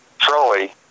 Troy